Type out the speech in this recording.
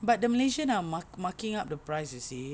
but the Malaysian are marking up the price you see